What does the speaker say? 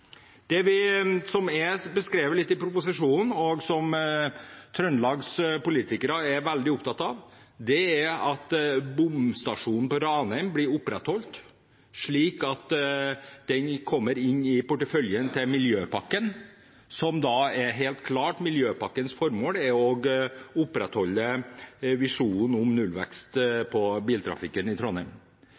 Trondheim. Det som er beskrevet litt i proposisjonen, og som politikerne i Trøndelag er veldig opptatt av, er at bomstasjonen på Ranheim blir opprettholdt slik at den kommer inn i porteføljen til miljøpakken. Miljøpakkens formål er å opprettholde visjonen om nullvekst på biltrafikken i Trondheim.